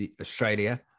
Australia